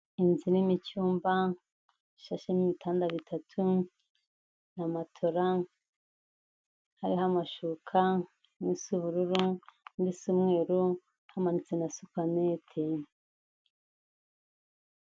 Inzu irimo icyumba gishashemo ibitanda bitatu na matora, hariho amashuka, imwe isa ubururu, indi isa umweru, hamanitse na supaneti.